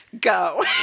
go